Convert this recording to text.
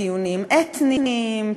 טיעונים אתניים,